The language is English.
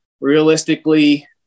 Realistically